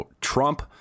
Trump